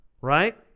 right